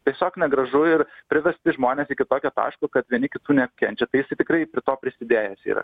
tiesiog negražu ir privesti žmones iki tokio taško kad vieni kitų neapkenčia tai jisai tikrai prie to prisidėjęs yra